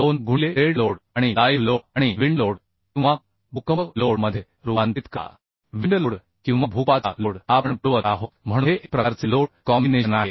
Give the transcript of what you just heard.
2 गुणिले dead load आणि live load आणि विंड लोड किंवा भूकंप लोड मध्ये रूपांतरित करा विंड लोड किंवा भूकंपाचा लोड आपण पुरवत आहोत म्हणून हे एक प्रकारचे लोड कॉम्बिनेशन आहे